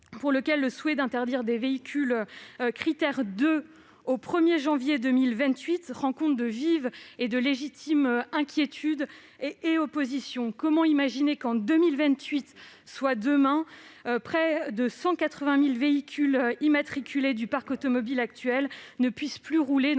par exemple, le souhait d'interdire les véhicules Crit'Air 2 au 1 janvier 2028 suscite de vives et légitimes inquiétudes et oppositions. Comment imaginer qu'en 2028, c'est-à-dire demain, près de 180 000 véhicules immatriculés du parc automobile actuel ne pourront plus rouler dans aucune